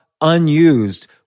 unused